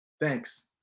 Thanks